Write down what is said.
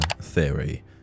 Theory